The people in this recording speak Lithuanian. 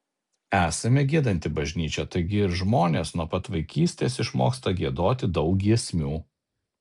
esame giedanti bažnyčia taigi ir žmonės nuo pat vaikystės išmoksta giedoti daug giesmių